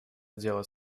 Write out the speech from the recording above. делать